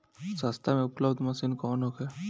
सस्ता में उपलब्ध मशीन कौन होखे?